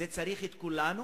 לזה צריך את כולנו.